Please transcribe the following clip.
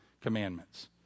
commandments